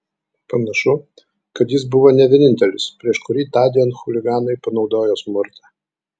panašu kad jis buvo ne vienintelis prieš kurį tądien chuliganai panaudojo smurtą